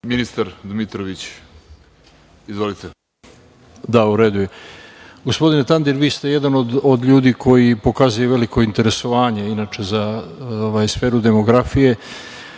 Ministar Dmitrović, izvolite. **Radomir Dmitrović** Gospodine Tandir, vi ste jedan od ljudi koji pokazuje veliko interesovanje inače za sferu demografije,